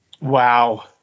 Wow